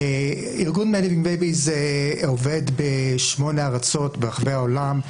ארגון Men Having Babies עובד ב-8 ארצות ברחבי העולם.